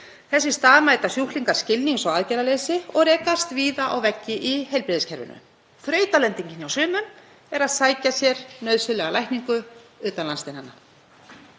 Þess í stað mæta sjúklingar skilnings- og aðgerðaleysi og rekast víða á veggi í heilbrigðiskerfinu. Þrautalendingin hjá sumum er að sækja sér nauðsynlega lækningu utan landsteinanna.